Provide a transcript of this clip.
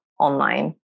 online